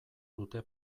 dute